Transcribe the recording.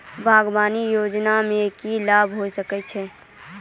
बागवानी योजना मे की लाभ होय सके छै?